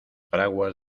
fraguas